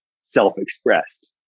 self-expressed